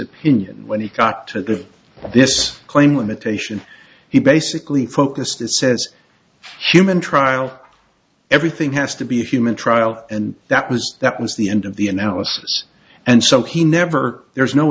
opinion when he got to this claim limitation he basically focus this says human trial everything has to be a human trial and that was that was the end of the analysis and so he never there's no